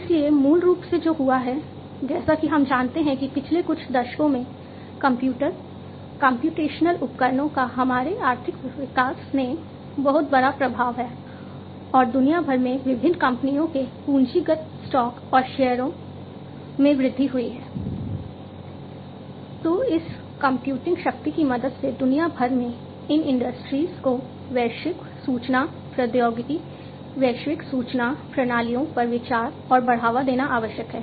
इसलिए मूल रूप से जो हुआ है जैसा कि हम जानते हैं कि पिछले कुछ दशकों में कंप्यूटर कम्प्यूटेशनल को वैश्विक सूचना प्रौद्योगिकी वैश्विक सूचना प्रणालियों पर विचार और बढ़ावा देना आवश्यक है